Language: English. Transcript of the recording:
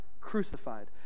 crucified